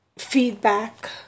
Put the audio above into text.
feedback